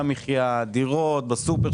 לא משנה איזו החלטה